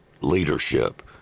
leadership